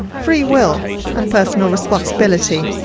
free will and personal responsibility?